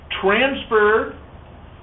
transferred